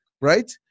right